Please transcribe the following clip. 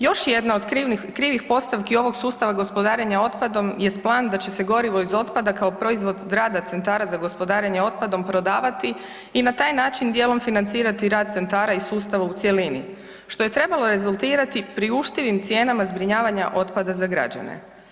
Još jedna od krivih postavki ovog sustava gospodarenja otpadom jest plan da će se gorivo iz otpada kao proizvod rada centara za gospodarenjem otpadom prodavati i na taj način djelom financirati rad centara i sustava u cjelini što je trebalo rezultirati priuštivim cijenama zbrinjavanja otpada za građane.